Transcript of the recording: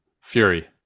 Fury